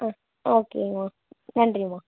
ஆ ஓகேங்கம்மா நன்றிம்மா